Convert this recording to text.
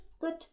good